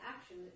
action